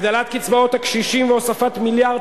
הגדלת קצבאות הקשישים והוספת מיליארד